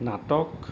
নাটক